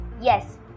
Yes